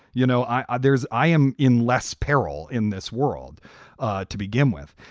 you know, i there's i am in less peril. in this world to begin with,